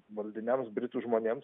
valdiniams britų žmonėms